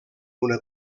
una